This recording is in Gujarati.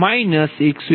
348